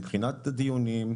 מבחינת הדיונים,